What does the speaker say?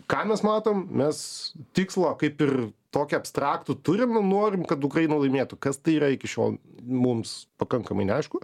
ką mes matom mes tikslą kaip ir tokį abstraktų turim norim kad ukraina laimėtų kas tai yra iki šiol mums pakankamai neaišku